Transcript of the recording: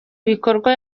bikorwa